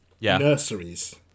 nurseries